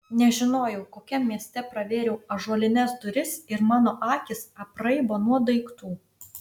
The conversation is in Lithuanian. nežinojau kokiam mieste pravėriau ąžuolines duris ir mano akys apraibo nuo daiktų